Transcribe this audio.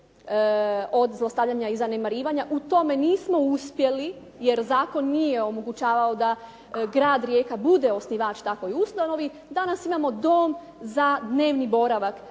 od zlostavljanja i zanemarivanja. U tome nismo uspjeli jer zakon nije omogućavao da Grad Rijeka bude osnivač takvoj ustanovi. Danas imamo dom za dnevni boravak.